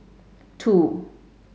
two